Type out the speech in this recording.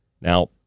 Now